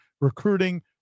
recruiting